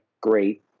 great